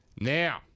Now